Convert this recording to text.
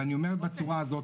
ואני אומר בצורה הזאת,